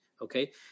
okay